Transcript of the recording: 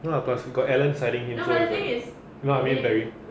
no lah plus got alan siding you so is like no lah I mean barry